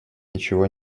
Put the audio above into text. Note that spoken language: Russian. ничего